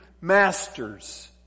masters